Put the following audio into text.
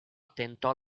tentò